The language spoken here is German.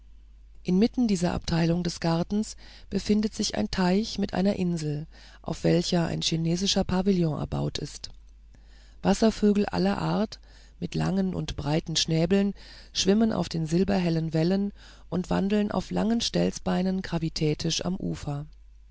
in dieser abteilung des gartens befindet sich ein teich mit einer insel auf welcher ein chinesischer pavillon erbaut ist wasservögel aller art mit langen und breiten schnäbeln schwimmen auf den silberhellen wellen oder wandeln auf langen stelzbeinen gravitätisch am ufer